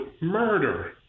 murder